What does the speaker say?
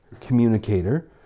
communicator